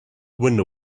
window